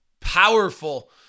powerful